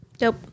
Nope